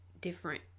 different